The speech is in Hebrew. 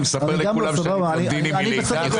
אני מספר לכולם שאני בלונדיני מלידה,